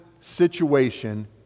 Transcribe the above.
situation